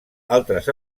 altres